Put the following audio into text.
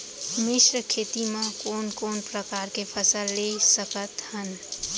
मिश्र खेती मा कोन कोन प्रकार के फसल ले सकत हन?